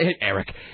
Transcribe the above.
Eric